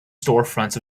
storefronts